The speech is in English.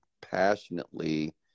passionately